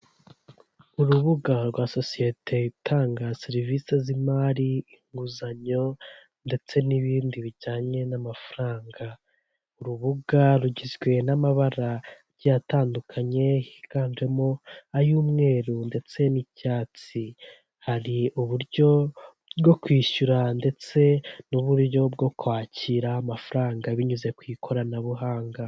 Urubuga rwa sosiyete itanga serivisi z'imari, inguzanyo, ndetse n'ibindi bijyanye n'amafaranga. Urubuga rugizwe n'amabara atandukanye, higanjemo ay'umweru ndetse n'icyatsi. Hari uburyo bwo kwishyura, ndetse n'uburyo bwo kwakira amafaranga binyuze ku ikoranabuhanga.